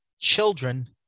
children